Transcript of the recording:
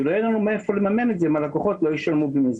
ולא יהיה לנו מאיפה לממן את זה אם הלקוחות לא ישלמו במזומן.